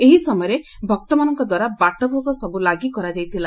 ଏହି ସମୟରେ ଭକ୍ତମାନଙ୍କ ଦ୍ୱାରା ବାଟଭୋଗ ସବୁ ଲାଗି କରାଯାଇଥିଲା